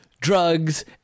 drugs